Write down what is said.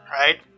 right